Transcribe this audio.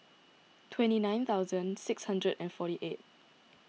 twenty nine thousand six hundred and forty eight